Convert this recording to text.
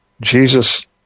jesus